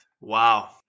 Wow